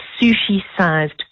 sushi-sized